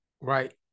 right